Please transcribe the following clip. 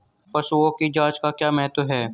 पशुओं की जांच का क्या महत्व है?